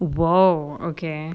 !wow! okay